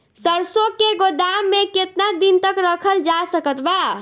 सरसों के गोदाम में केतना दिन तक रखल जा सकत बा?